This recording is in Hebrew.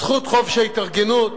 זכות חופש ההתארגנות,